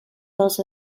dels